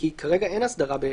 כי כרגע אין הסדרה.